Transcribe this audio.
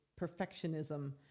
perfectionism